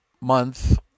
month